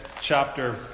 chapter